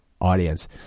audience